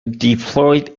deployed